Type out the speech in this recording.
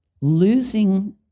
losing